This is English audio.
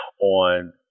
on